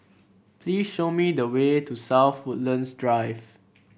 please show me the way to South Woodlands Drive